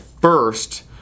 first